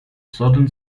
southern